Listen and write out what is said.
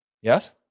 Yes